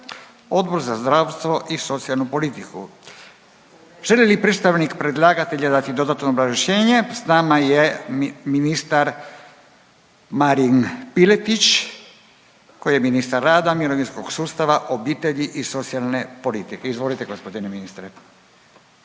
Odbor za zdravstvo i socijalnu politiku. Želi li predstavnik predlagatelja dati dodatno obrazloženje? S nama je ministar Marin Piletić, koji je ministar rada i mirovinskog sustava, obitelji i socijalne politike. Izvolite, g. ministre.